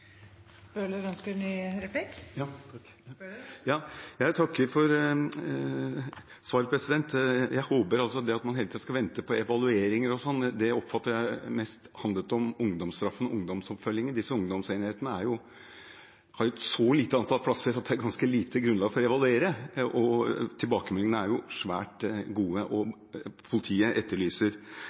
Jeg takker for svaret. Det at man hele tiden skal vente på evalueringer osv., oppfatter jeg mest handler om ungdomsstraff og ungdomsoppfølginger. Ungdomsenhetene har et så lite antall plasser at det er et ganske lite grunnlag for å evaluere. Tilbakemeldingene er svært gode, og politiet etterlyser